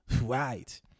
right